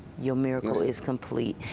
your miracle is complete.